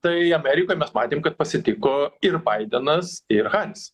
tai amerikoj mes matėm kad pasitiko ir baidenas ir haris